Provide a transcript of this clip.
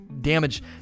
damage